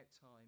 time